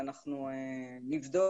ואנחנו נבדוק.